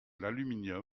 l’aluminium